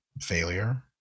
failure